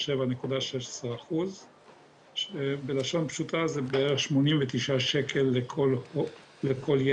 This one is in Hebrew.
7.16%. בלשון פשוטה זה בערך 89 שקל לכל ילד